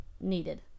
needed